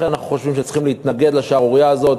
אנחנו חושבים שצריכים להתנגד לשערורייה הזאת.